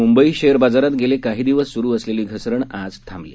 Mumbai share बाजारात गेले काही दिवस सुरु असलेली घसरण आज थांबली